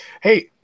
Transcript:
Hey